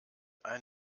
ein